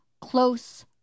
close